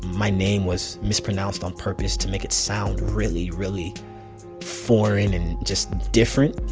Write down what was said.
my name was mispronounced on purpose to make it sound really, really foreign and just different.